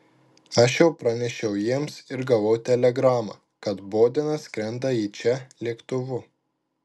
aš jau pranešiau jiems ir gavau telegramą kad bodenas skrenda į čia lėktuvu